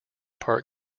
part